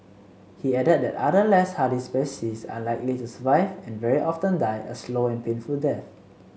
he added that other less hardy species are unlikely to survive and very often die a slow and painful death